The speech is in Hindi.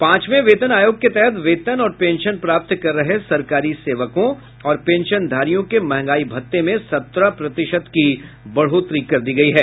पांचवें वेतन आयोग के तहत वेतन और पेंशन प्राप्त कर रहे सरकारी सेवकों और पेंशनधारियों के महंगाई भत्ते में सत्रह प्रतिशत की बढ़ोतरी कर दी गयी है